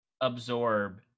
absorb